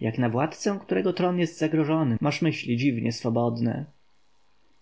jak na władcę którego tron jest zagrożony masz myśli dziwnie swobodne